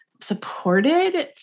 supported